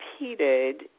repeated